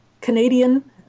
Canadian